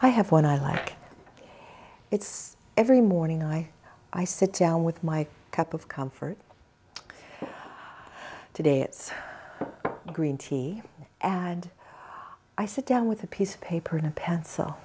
i have what i lack it's every morning i i sit down with my cup of comfort today it's green tea ad i sit down with a piece of paper and pencil